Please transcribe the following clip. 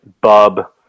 Bub